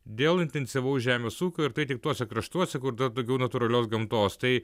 dėl intensyvaus žemės ūkio ir tai tik tuose kraštuose kur dar daugiau natūralios gamtos tai